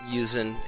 using